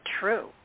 true